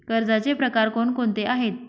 कर्जाचे प्रकार कोणकोणते आहेत?